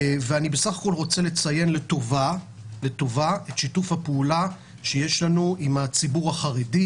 סך הכול אני רוצה לציין לטובה את שיתוף הפעולה שיש לנו עם הציבור החרדי,